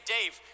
Dave